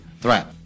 threat